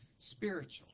spiritual